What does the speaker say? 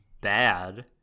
bad